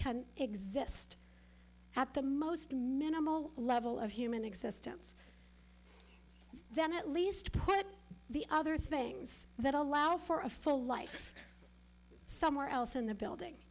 can exist at the most minimal level of human existence then at least part of the other things that allow for a full life somewhere else in the building